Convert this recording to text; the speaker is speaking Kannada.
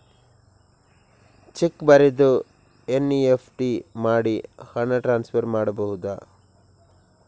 ಚೆಕ್ ಬರೆದು ಎನ್.ಇ.ಎಫ್.ಟಿ ಮಾಡಿ ಹಣ ಟ್ರಾನ್ಸ್ಫರ್ ಮಾಡಬಹುದು?